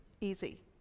easy